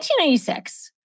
1996